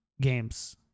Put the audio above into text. games